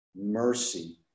mercy